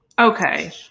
Okay